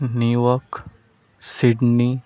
New York Sydney